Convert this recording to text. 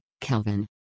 Kelvin